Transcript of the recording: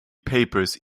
papers